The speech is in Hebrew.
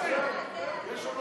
התרבות והספורט